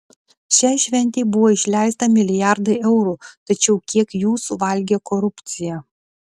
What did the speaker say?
šiai šventei buvo išleista milijardai eurų tačiau kiek jų suvalgė korupcija